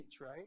right